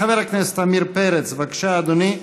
חבר הכנסת עמיר פרץ, בבקשה, אדוני,